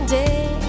day